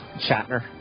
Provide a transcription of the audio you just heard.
Chatner